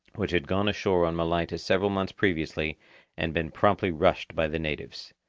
which had gone ashore on malaita several months previously and been promptly rushed by the natives.